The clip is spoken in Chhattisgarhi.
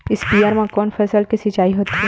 स्पीयर म कोन फसल के सिंचाई होथे?